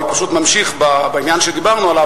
אני ממשיך בעניין שדיברנו עליו,